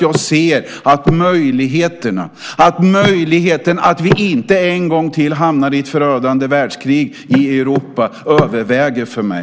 Jag ser nämligen möjligheterna så att vi inte en gång till hamnar i ett förödande världskrig i Europa. Det överväger för mig.